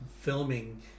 filming